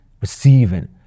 receiving